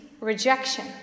rejection